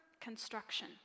construction